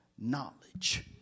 Knowledge